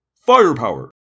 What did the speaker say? firepower